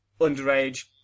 underage